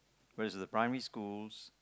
whereas the primary schools